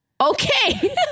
Okay